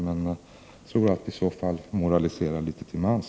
Men i så fall tror jag nog att vi moraliserar litet till mans.